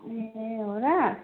ए हो र